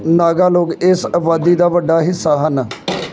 ਨਾਗਾ ਲੋਕ ਇਸ ਆਬਾਦੀ ਦਾ ਵੱਡਾ ਹਿੱਸਾ ਹਨ